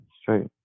Straight